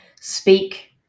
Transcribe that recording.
speak